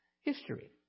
history